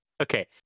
okay